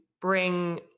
bring